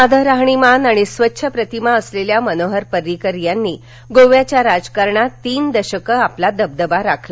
साधं राहणीमान आणि स्वच्छ प्रतिमा असलेल्या मनोहर परिंकर यांनी गोव्याच्या राजकारणात तीन दशकं आपला दबदबा राखला